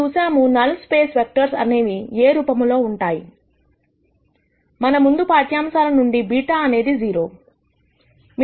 మనము చూసాము null space vectors అనేవి A రూపములో ఉంటాయి మన ముందు పాఠ్యాంశాలనుండి β అనేది 0